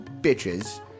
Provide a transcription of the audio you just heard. bitches